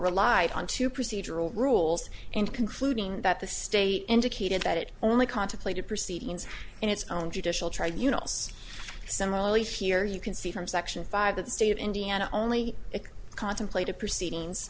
relied on to procedural rules and concluding that the state indicated that it only contemplated proceedings in its own judicial tribunals some relief here you can see from section five that the state of indiana only contemplated proceedings